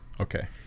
Okay